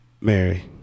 Mary